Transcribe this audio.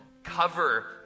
Cover